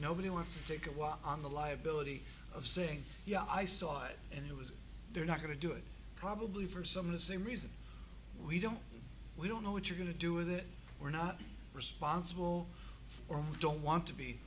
nobody wants to take a walk on the liability of saying yeah i saw it and it was they're not going to do it probably for some the same reason we don't we don't know what you're going to do with it we're not responsible or don't want to be